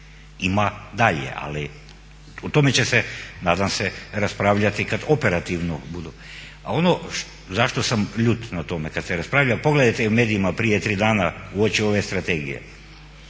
Ima dalje, ali o tome će se nadam se raspravljati kada operativno budu. A ono za što sam ljut kad se raspravlja pogledajte u medijima prije tri dana uoči ove strategije